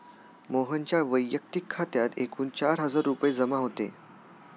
मोहनच्या वैयक्तिक खात्यात एकूण चार हजार रुपये जमा होते